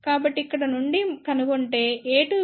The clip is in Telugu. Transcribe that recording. కాబట్టి ఇక్కడ నుండి కనుగొంటే a2 విలువ ΓL రెట్లు b2 కు సమానం